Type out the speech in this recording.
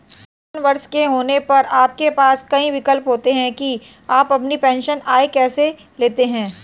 पचपन वर्ष के होने पर आपके पास कई विकल्प होते हैं कि आप अपनी पेंशन आय कैसे लेते हैं